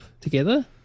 together